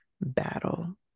battle